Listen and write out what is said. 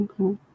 Okay